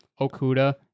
Okuda